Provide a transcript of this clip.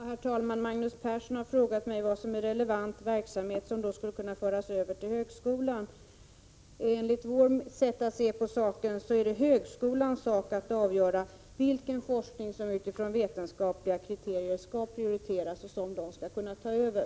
Herr talman! Per Olof Håkansson har frågat mig vad som är relevant verksamhet som skulle kunna föras över till högskolan. Enligt vårt sätt att se saken är det högskolans sak att avgöra vilken forskning som utifrån vetenskapliga kriterier skall prioriteras och som högskolan skulle kunna ta över.